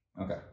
Okay